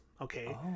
okay